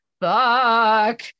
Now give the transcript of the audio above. fuck